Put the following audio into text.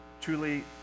truly